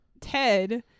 Ted